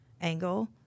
angle